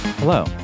Hello